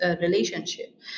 relationship